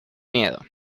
miedo